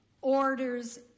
Orders